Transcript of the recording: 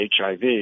HIV